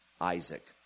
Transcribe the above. Isaac